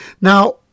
Now